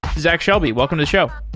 zach shelby, welcome to the show.